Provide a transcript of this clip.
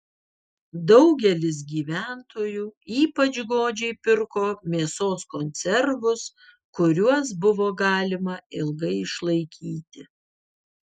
daugelis gyventojų ypač godžiai pirko mėsos konservus kuriuos buvo galima ilgai išlaikyti